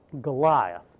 Goliath